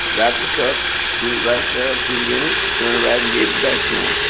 got the cup, sit it right there, peed in it, turned around and gave it back to